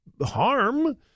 harm